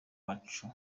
muco